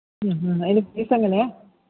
ഉം ഉം അതിന് ഫീസ് എങ്ങനെയാണ്